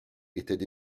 étaient